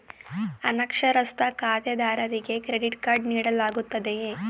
ಅನಕ್ಷರಸ್ಥ ಖಾತೆದಾರರಿಗೆ credit card ನೀಡಲಾಗುತ್ತದೆಯೇ?